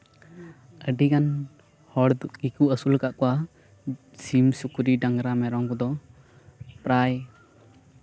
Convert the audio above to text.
ᱟᱹᱰᱤ ᱜᱟᱱ ᱦᱚᱲ ᱜᱮᱠᱚ ᱟᱹᱥᱩᱞ ᱠᱟᱜ ᱠᱚᱣᱟ ᱥᱤᱢ ᱥᱩᱠᱨᱤ ᱰᱟᱝᱨᱟ ᱢᱮᱨᱚᱢ ᱠᱚᱫᱚ ᱯᱨᱟᱭ